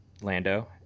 Lando